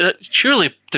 surely